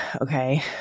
okay